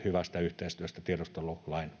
hyvästä yhteistyöstä tiedustelulain